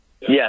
Yes